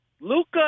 Luca